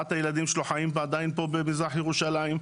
ארבעת הילדים שלו עדיין חיים במזרח ירושלים,